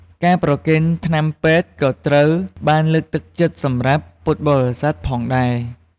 ការប្រគេនថ្នាំពេទ្យក៏ត្រូវបានលើកទឹកចិត្តសម្រាប់ពុទ្ធបរិសាទផងដែរ។